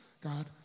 God